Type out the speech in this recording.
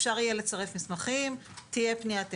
אפשר יהיה לצרף מסמכים, תהיה פניית המשך,